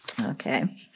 Okay